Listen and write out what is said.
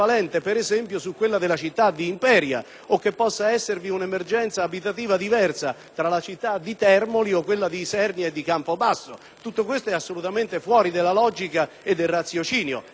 tra la città di Termoli e quelle di Isernia o Campobasso. Tutto ciò è assolutamente fuori dalla logica e dal raziocinio; è anzi spesso vero il contrario.